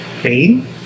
pain